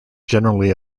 generally